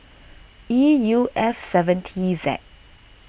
E U F seven T Z